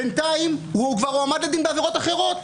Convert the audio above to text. בינתיים הוא כבר הועמד לדין בעבירות אחרות.